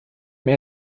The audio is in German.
mehr